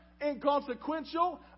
inconsequential